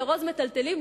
לארוז מיטלטלין,